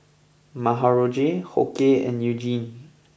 Marjorie Hoke and Eugene